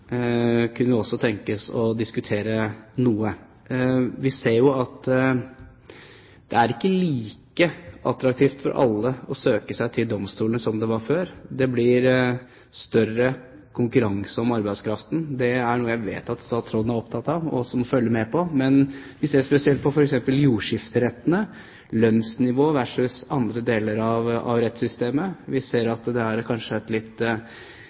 kunne vi også tenkes å diskutere noe. Vi ser jo at det er ikke like attraktivt for alle å søke seg til domstolene som det var før. Det blir større konkurranse om arbeidskraften. Dette er noe jeg vet at statsråden er opptatt av, og som han følger med på. Men hvis vi ser spesielt på f.eks. jordskifterettene og lønnsnivået der versus i andre deler av rettssystemet, ser vi at det kanskje er et litt